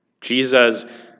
Jesus